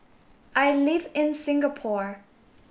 I live in Singapore